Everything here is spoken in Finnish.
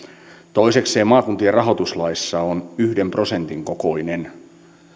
toisekseen maakuntien rahoituslaissa on yhden prosentin kokoinen